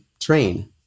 train